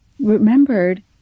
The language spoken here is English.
remembered